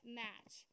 match